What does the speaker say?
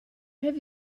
have